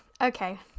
Okay